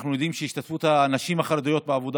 אנחנו יודעים שהשתתפות הנשים החרדיות בעבודה